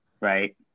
right